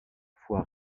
fois